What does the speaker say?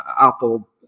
Apple